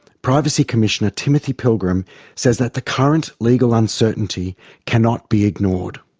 privacy commissioner timothy pilgrim says that the current legal uncertainty cannot be ignored.